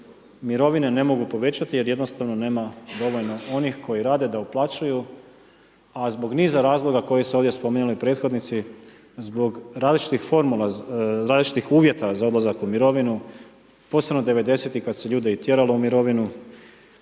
mirovine ne mogu povećati jer jednostavno nema dovoljno onih koji rade da uplaćuju a zbog niza razloga koji su ovdje spomenuli prethodnici, zbog različitih formula, različitih uvjeta za odlazak u mirovinu, posebno 90-ih kad su ljude i tjeralo u mirovinu,